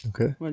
Okay